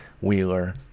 Wheeler